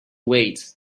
wait